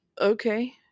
okay